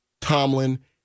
Tomlin